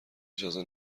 اجازه